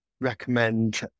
recommend